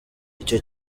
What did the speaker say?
icyo